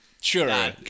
Sure